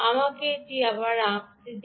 আমাকে এটি আবার আঁকতে দিন